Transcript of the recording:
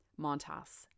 Montas